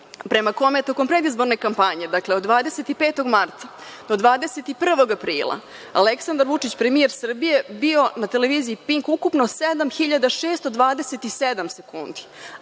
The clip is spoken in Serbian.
prema kome je tokom predizborne kampanje od 25. marta do 21. aprila Aleksandar Vučić, premijer Srbije bio na televiziji „Pink“ ukupno 7627 sekundi,